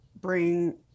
bring